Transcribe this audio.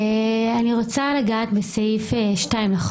אני רוצה לגעת בסעיף 2(68)